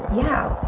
yeah,